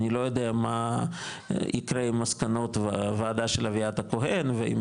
אני לא יודע מה ייקרה עם מסקנות של וועדת של אביעד הכהן ואם